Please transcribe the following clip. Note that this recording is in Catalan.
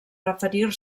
referir